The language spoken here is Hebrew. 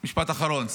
משפט אחרון,